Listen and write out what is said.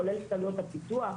כוללת את עלויות הפיתוח.